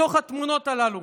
בתוך התמונות הללו,